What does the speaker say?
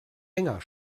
enger